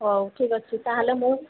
ହଉ ଠିକ୍ ଅଛି ତା'ହେଲେ ମୁଁ